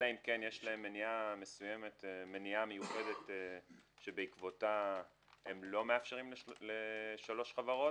אלא אם כן יש להם מניעה מסוימת שבעקבותיה הם לא מאפשרים ל-3 חברות,